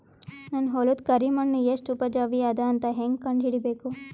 ನನ್ನ ಹೊಲದ ಕರಿ ಮಣ್ಣು ಎಷ್ಟು ಉಪಜಾವಿ ಅದ ಅಂತ ಹೇಂಗ ಕಂಡ ಹಿಡಿಬೇಕು?